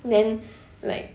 then like